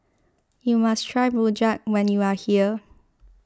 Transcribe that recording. you must try Rojak when you are here